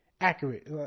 accurate